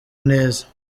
neza